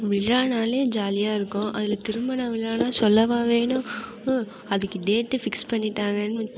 விழானாலே ஜாலியாக இருக்கும் அதில் திருமண விழான்னா சொல்லவா வேணும் அதுக்கு டேட்டு ஃபிக்ஸ் பண்ணிட்டாங்கன்னு